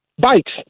bikes